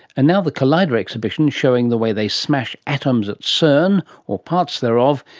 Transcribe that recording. and now the collider exhibition, showing the way they smash atoms at cern or parts thereof,